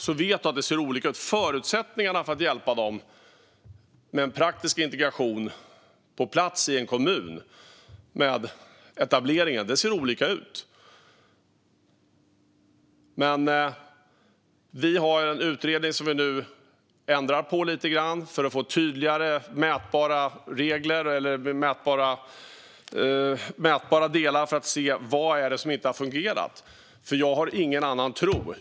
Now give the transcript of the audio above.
Vi vet att förutsättningarna för att hjälpa dem med praktisk integration och etablering på plats i en kommun ser olika ut. Men vi har en utredning som vi nu ändrar lite grann för att få tydligare mätbara delar för att se vad det är som inte har fungerat. Jag misstror inte Socialdemokraterna.